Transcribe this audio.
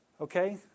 Okay